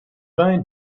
main